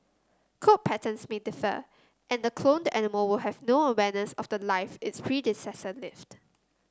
coat patterns may differ and the cloned animal will have no awareness of the life its predecessor lived